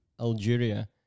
Algeria